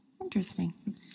interesting